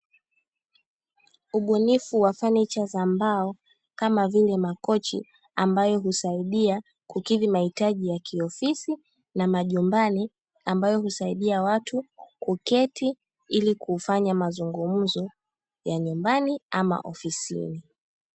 Ubunifu wa fanicha za mbao kama vile makochi ambayo husaidia kukidhi mahitaji ya kiofisi na majumbani ambayo, husaidia watu kiketi na kufanya mazungumzo ya nyumbani au ofisini.